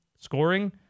scoring